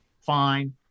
fine